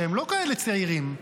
שהם לא כאלה צעירים.